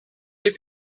les